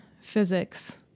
physics